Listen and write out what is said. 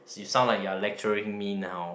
you sound like you are lecturing me now